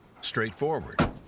straightforward